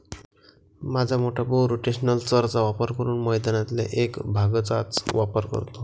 माझा मोठा भाऊ रोटेशनल चर चा वापर करून मैदानातल्या एक भागचाच वापर करतो